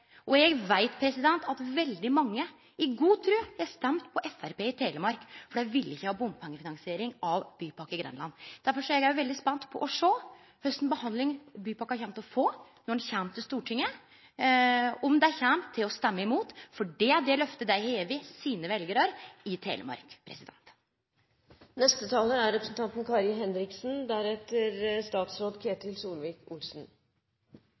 Eg veit at veldig mange i god tru har røysta på Framstegspartiet i Telemark fordi dei ikkje ville ha bompengefinansiering av Bypakke Grenland. Derfor er eg veldig spent på å sjå kva behandling bypakka kjem til å få når ho kjem til Stortinget, og om Framstegspartiet kjem til å røyste mot – for det er det løftet dei har gjeve veljarane sine i Telemark.